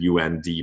UND